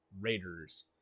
Raiders